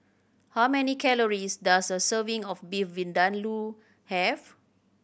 how many calories does a serving of Beef Vindaloo have